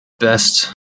Best